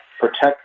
protect